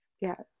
Yes